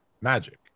Magic